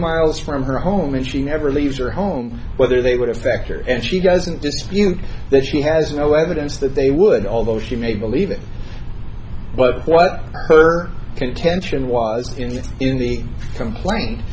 miles from her home and she never leaves her home whether they would affect her and she doesn't dispute that she has no evidence that they would although she may believe it but what her contention was in the complaint